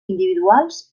individuals